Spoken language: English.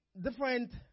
different